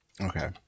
Okay